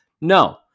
no